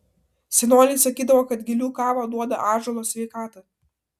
senoliai sakydavo kad gilių kava duoda ąžuolo sveikatą